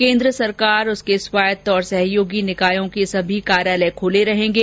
केंद्र सरकार उसके स्वायत्त और सहयोगी निकायों के सभी कार्यालय खूले रहेंगे